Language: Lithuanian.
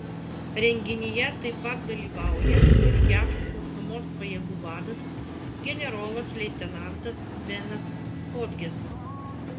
renginyje taip pat dalyvauja ir jav sausumos pajėgų vadas generolas leitenantas benas hodgesas